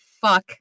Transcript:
fuck